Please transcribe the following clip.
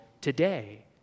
today